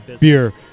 beer